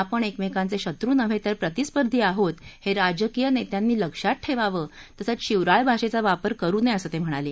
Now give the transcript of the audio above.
आपण एकमेकांचे शत्रू नव्हे तर प्रतिस्पर्धी आहोत हे राजकीय नेत्यांनी लक्षात ठेवावं तसंच शिवराळ भाषेचा वापर करु नये असं ते म्हणाले